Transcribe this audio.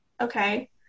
okay